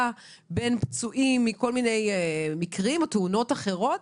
בין פצועים מכל מיני מקרים אחרים ותאונות אחרות.